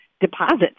deposits